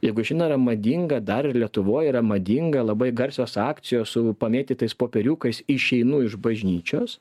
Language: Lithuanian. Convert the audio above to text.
jeigu žino yra madinga dar ir lietuvoj yra madinga labai garsios akcijos su pamėtytais popieriukais išeinu iš bažnyčios